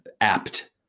Apt